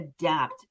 adapt